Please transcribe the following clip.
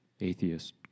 Atheist